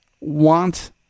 want